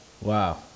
Wow